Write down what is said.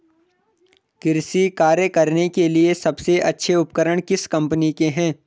कृषि कार्य करने के लिए सबसे अच्छे उपकरण किस कंपनी के हैं?